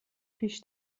پیش